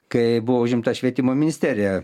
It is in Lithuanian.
kai buvo užimta švietimo ministerija